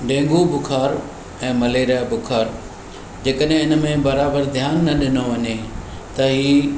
dengue बुखारु ऐं malaria बुखारु जेकॾहिं हिन में बराबरि ध्यानु न ॾिनो वञे त ई